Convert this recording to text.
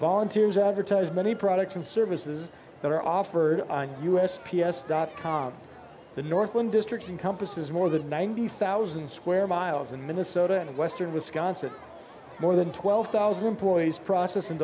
volunteers advertise many products and services that are offered us p s dot com the north wind district encompasses more than ninety thousand square miles in minnesota and western wisconsin more than twelve thousand employees process and